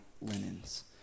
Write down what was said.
linens